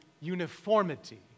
uniformity